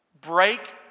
Break